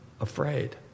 afraid